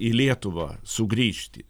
į lietuvą sugrįžti